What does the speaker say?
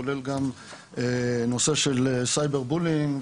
כולל גם נושא של cyber bullying,